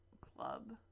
club